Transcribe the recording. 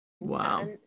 Wow